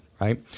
right